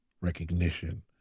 recognition